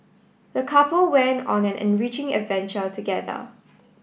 the couple went on an enriching adventure together